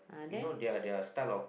you know their their style lor